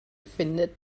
findet